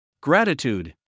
Gratitude